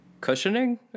Cushioning